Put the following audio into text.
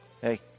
Hey